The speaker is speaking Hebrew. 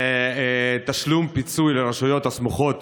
שקשור לתשלום פיצוי לרשויות הסמוכות